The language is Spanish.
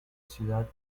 ciudad